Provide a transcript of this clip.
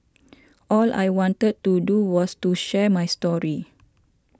all I wanted to do was to share my story